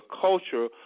culture